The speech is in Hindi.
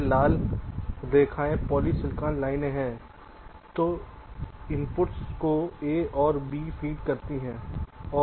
यह लाल रेखाएं पॉलीसिलिकॉन लाइनें हैं जो इनपुट्स को A और B फ़ीड करती हैं